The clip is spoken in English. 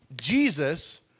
Jesus